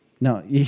No